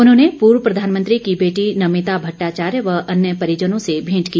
उन्होंने पूर्व प्रधानमंत्री की बेटी नमिता भट्टाचार्य व अन्य परिजनों से भेंट की